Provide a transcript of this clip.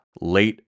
late